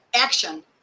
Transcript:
action